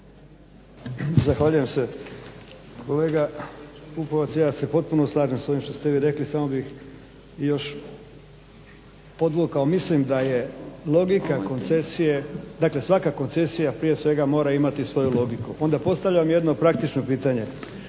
Zahvaljujem se. Kolega Pupovac i ja se potpuno slažem sa ovim što ste vi rekli. Samo bih još podvukao. Mislim da je logika koncesije, dakle svaka koncesija prije svega mora imati svoju logiku. Onda postavljam jedno praktično pitanje